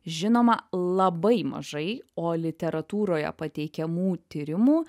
žinoma labai mažai o literatūroje pateikiamų tyrimų